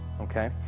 Okay